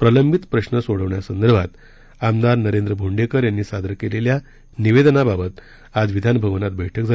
प्रलंबित प्रश्न सोडविण्यासंदर्भात आमदार नरेंद्र भोंडेकर सादर केलेल्या निवेदनाबाबत आज विधान भवन क्रिं बैठक झाली